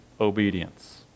obedience